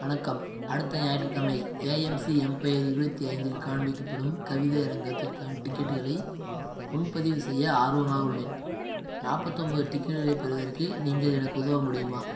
வணக்கம் அடுத்த ஞாயிற்றுக்கிழமை ஏ எம் சி எம்பயர் இருபத்தி ஐந்தில் காண்பிக்கப்படும் கவிதையரங்கத்திற்கான டிக்கெட்டுகளை முன்பதிவு செய்ய ஆர்வமாக உள்ளேன் நாற்பத்தொம்போது டிக்கெட்டுகளை பெறுவதற்கு நீங்கள் எனக்கு உதவ முடியுமா